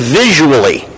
visually